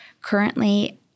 currently